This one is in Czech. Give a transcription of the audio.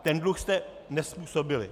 Ten dluh jste nezpůsobili.